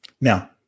Now